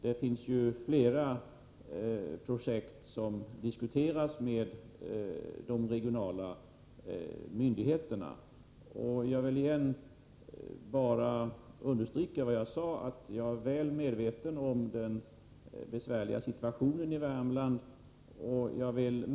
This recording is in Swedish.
Det finns flera projekt som diskuteras med de regionala myndigheterna. Jag vill om igen bara understryka vad jag nyss sade, att jag är väl medveten om den besvärliga situationen i Värmland.